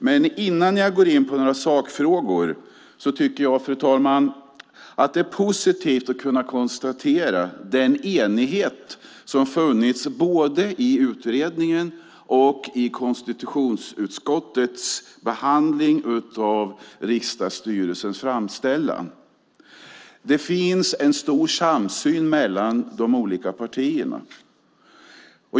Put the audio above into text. Men innan jag går in på några sakfrågor, fru talman, vill jag säga att jag tycker att det är positivt att kunna konstatera den enighet som har funnits både i utredningen och i konstitutionsutskottets behandling av riksdagsstyrelsens framställan. Det finns en stor samsyn mellan de olika partierna.